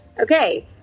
okay